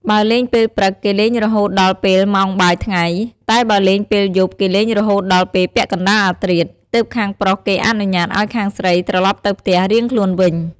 បើលេងពេលព្រឹកគេលេងរហូតដល់ពេលម៉ោងបាយថ្ងៃ តែបើលេងពេលយប់គេលេងរហូតដល់ពេលពាក់កណ្ដាលអធ្រាត្រ ទើបខាងប្រុសគេអនុញ្ញាតឲ្យខាងស្រីត្រឡប់ទៅផ្ទះរៀងខ្លួនវិញ។